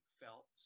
felt